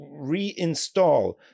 reinstall